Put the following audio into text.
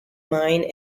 mine